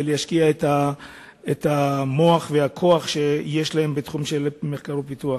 ולהשקיע את המוח ואת הכוח שיש להם בתחום של מחקר ופיתוח.